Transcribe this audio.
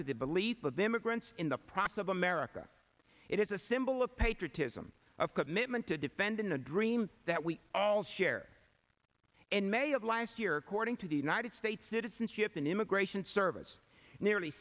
to the belief of immigrants in the process of america it is a symbol of patriotism of commitment to defending the dream that we all share in may of last year according to the united states citizenship and immigration service nearly